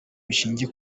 bishingiye